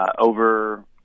over